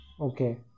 Okay